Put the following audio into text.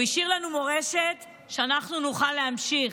הוא השאיר לנו מורשת שאנחנו נוכל להמשיך.